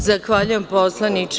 Zahvaljujem poslaniče.